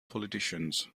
politicians